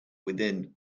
within